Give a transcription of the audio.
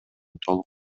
толук